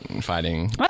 fighting